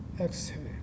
exhale